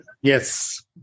Yes